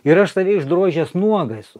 ir aš save išdrožęs nuogą esu